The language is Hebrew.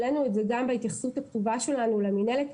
העלינו את זה גם בהתייחסות הכתובה שלנו למינהלת,